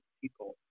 people